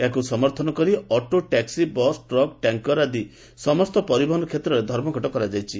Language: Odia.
ଏହାକୁ ସମର୍ଥନ କରି auto taxi bus truck tanker ଆଦି ସମସ୍ତ ପରିବହନ କ୍ଷେତ୍ରରେ ଧର୍ମଘଟ କରାଯାଇଛି